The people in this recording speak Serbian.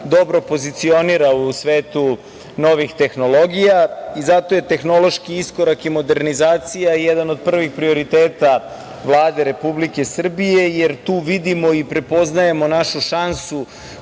dobro pozicionira u svetu novih tehnologija i zato je tehnološki iskorak i modernizacija jedan od prvih prioriteta Vlade Republike Srbije, jer tu vidimo i prepoznajemo našu šansu